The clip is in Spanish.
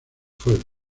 fuego